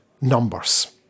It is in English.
numbers